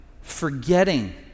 forgetting